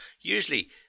usually